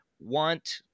want